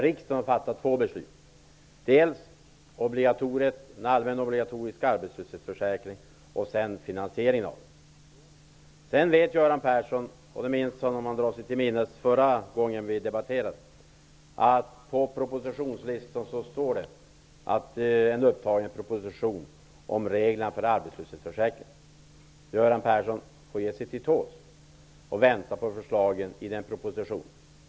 Riksdagen har fattat två beslut, dels om en allmän obligatorisk arbetslöshetsförsäkring, dels om finansieringen av denna. Om Göran Persson drar sig till minnes förra gången då vi debatterade vet han att det i propositionslistan finns upptaget en proposition om reglerna för arbetslöshetsförsäkringen. Göran Persson får ge sig till tåls och vänta på förslagen i denna proposition.